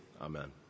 Amen